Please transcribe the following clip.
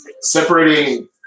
Separating